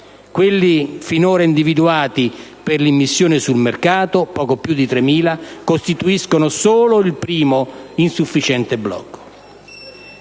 quelli finora individuati per l'immissione sul mercato, poco più di 3.000, costituiscono solo il primo insufficiente blocco.